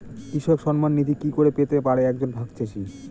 কৃষক সন্মান নিধি কি করে পেতে পারে এক জন ভাগ চাষি?